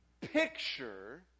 picture